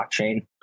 blockchain